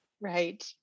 Right